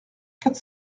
quatre